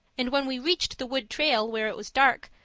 and, when we reached the wood trail where it was dark,